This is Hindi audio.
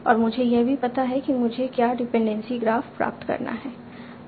और मुझे यह भी पता है कि मुझे क्या डिपेंडेंसी ग्राफ प्राप्त करना है